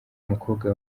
umukobwa